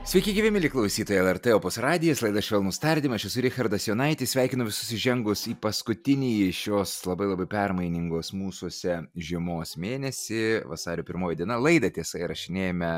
sveiki gyvi mieli klausytojai lrt opus radijas laida švelnūs tardymai aš esu richardas jonaitis sveikinu visus įžengus į paskutinįjį šios labai labai permainingos mūsuose žiemos mėnesį vasario pirmoji diena laidą tiesa įrašinėjame